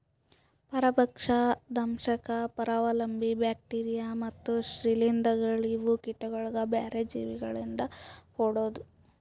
ಪರಭಕ್ಷ, ದಂಶಕ್, ಪರಾವಲಂಬಿ, ಬ್ಯಾಕ್ಟೀರಿಯಾ ಮತ್ತ್ ಶ್ರೀಲಿಂಧಗೊಳ್ ಇವು ಕೀಟಗೊಳಿಗ್ ಬ್ಯಾರೆ ಜೀವಿ ಗೊಳಿಂದ್ ಹೊಡೆದು